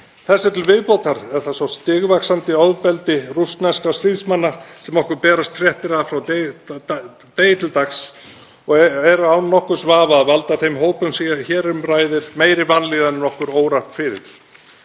Þessu til viðbótar er það svo stigvaxandi ofbeldi rússneskra stríðsmanna sem okkur berast fréttir af frá degi til dags og valda án nokkurs vafa þeim hópum sem hér um ræðir meiri vanlíðan en okkur órar fyrir.